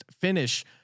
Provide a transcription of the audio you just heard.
finish